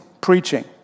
preaching